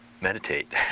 meditate